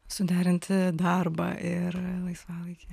suderinti darbą ir laisvalaikį